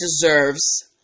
deserves